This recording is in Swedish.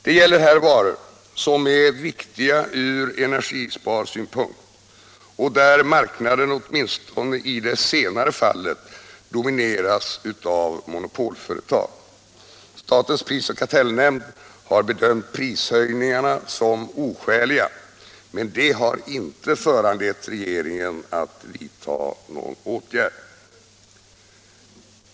Det gäller här varor som är viktiga från energisparsynpunkt och där marknaden åtminstone i det senare fallet domineras av monopolföretag. SPK har bedömt prishöjningarna som oskäliga, men det har inte föranlett regeringen att vidta någon åtgärd.